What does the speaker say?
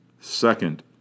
Second